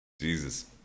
Jesus